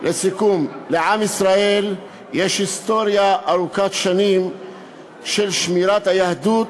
לעם ישראל יש היסטוריה ארוכת שנים של שמירת היהדות